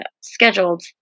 scheduled